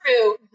true